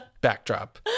backdrop